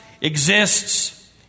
exists